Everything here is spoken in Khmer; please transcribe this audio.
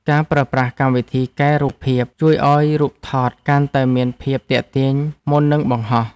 ការប្រើប្រាស់កម្មវិធីកែរូបភាព ជួយឱ្យរូបថតកាន់តែមានភាពទាក់ទាញមុននឹងបង្ហោះ។